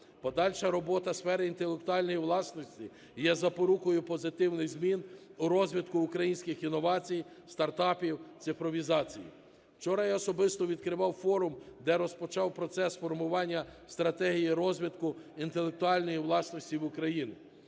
Подальша робота в сфері інтелектуальної власності є запорукою позитивних змін у розвитку українських інновацій, стартапів, цифровізації. Вчора я особисто відкривав форум, де розпочав процес формування стратегії розвитку інтелектуальної власності в Україні.